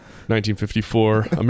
1954